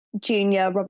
junior